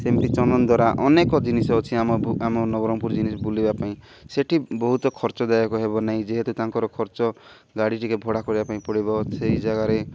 ସେମିତି ଚନନ୍ଦରା ଅନେକ ଜିନିଷ ଅଛି ଆମ ଆମ ନବରଙ୍ଗପୁର ଜି ବୁଲିବା ପାଇଁ ସେଠି ବହୁତ ଖର୍ଚ୍ଚଦାୟକ ହେବ ନାହିଁ ଯେହେତୁ ତାଙ୍କର ଖର୍ଚ୍ଚ ଗାଡ଼ି ଟିକେ ଭଡ଼ା କରିବା ପାଇଁ ପଡ଼ିବ ସେଇ ଜାଗାରେ